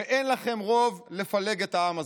ואין לכם רוב לפלג את העם הזה.